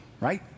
right